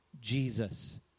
Jesus